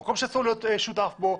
הוא מקום שאסור להיות שותף בו,